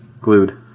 Glued